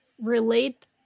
relate